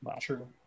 True